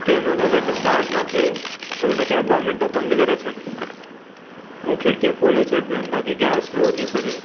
कंहिंमहिल झटि स्टाट न थिए त उनखे ॿ मिंट बंदि करे छॾिॿो आहे ऐं खिड़कियूं खोले छॾिबियूं आहिनि ताकी गैस फ्लो थी सघे